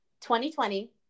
2020